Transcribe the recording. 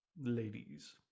Ladies